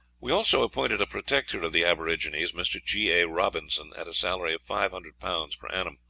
we also appointed a protector of the aborigines, mr. g. a. robinson, at a salary of five hundred pounds per annum.